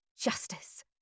Justice